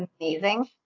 amazing